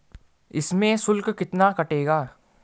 इसमें शुल्क कितना कटेगा?